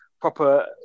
proper